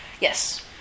Yes